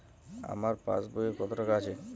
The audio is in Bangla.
আমার পাসবই এ কত টাকা আছে?